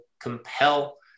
compel